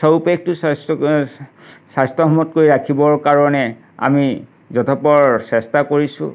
চৌপাশটো স্বাস্থ্যসন্মত কৰি ৰাখিবৰ কাৰণে আমি যত্নপৰ চেষ্টা কৰিছোঁ